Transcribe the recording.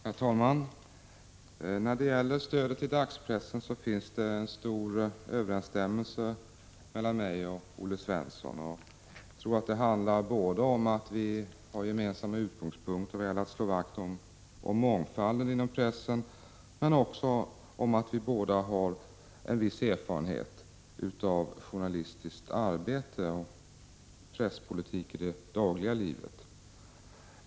Herr talman! Beträffande stödet till dagspressen finns en stor överensstämmelse mellan mig och Olle Svensson. Jag tror att det beror på att vi har gemensamma utgångspunkter när det gäller att slå vakt om mångfalden inom pressen, men också på att vi båda har en viss erfarenhet av journalistiskt arbete och av hur presspolitiken fungerar i det dagliga livet.